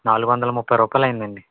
నాలుగు వందల ముప్పై రూపాయిలయ్యిందండి